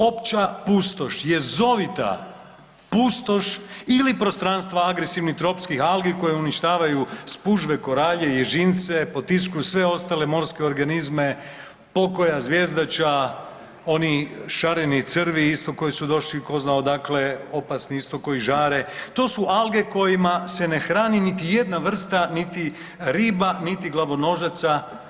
Opća pustoš, jezovita pustoš ili prostranstva agresivnih tropskih algi koje uništavaju spužve, koralje, ježince, potiskuju sve ostale morske organizme, pokoja zvjezdača, oni šareni crvi koji su došli tko zna odakle opasni isto koji žare, to su alge kojima se ne hrani niti jedna vrsta niti riba, niti glavonožaca.